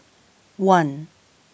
one